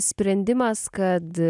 sprendimas kad